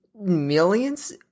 Millions